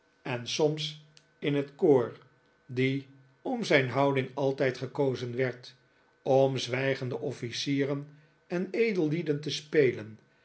en soms in het koor die om zijn houding altijd gekozen werd om zwijgende officieren en edellieden te spelen